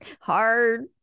Hard